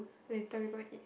later we go and eat